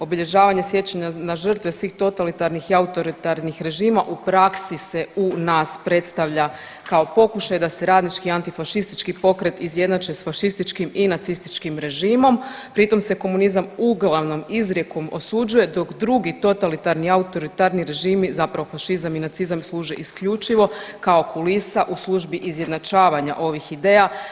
Obilježavanje sjećanja na žrtve svih totalitarnih i autoritarnih režima u praksi se u nas predstavlja kao pokušaj da se radnički i antifašistički pokret izjednači s fašističkim i nacističkim režimom, pri tom se komunizam uglavnom izrijekom osuđuje dok drugi totalitarni i autoritarni režimi zapravo fašizam i nacizam služe isključivo kao kulisa u službi izjednačavanja ovih ideja.